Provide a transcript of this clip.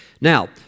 Now